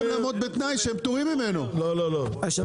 אז לא צריך